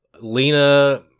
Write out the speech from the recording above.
Lena